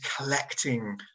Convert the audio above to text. collecting